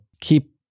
keep